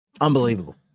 unbelievable